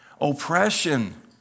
oppression